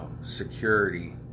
security